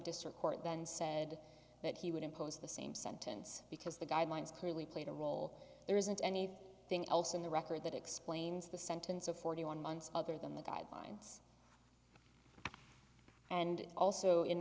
district court then said that he would impose the same sentence because the guidelines clearly played a role there isn't any thing else in the record that explains the sentence of forty one months other than the guidelines and also in